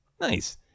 nice